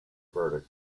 verdict